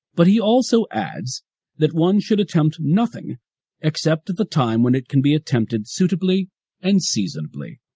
but he also adds that one should attempt nothing except at the time when it can be attempted suitably and seasonably.